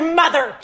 mother